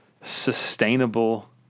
sustainable